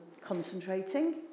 concentrating